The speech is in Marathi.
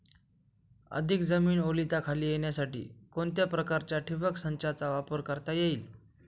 अधिक जमीन ओलिताखाली येण्यासाठी कोणत्या प्रकारच्या ठिबक संचाचा वापर करता येईल?